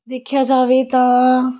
ਦੇਖਿਆ ਜਾਵੇ ਤਾਂ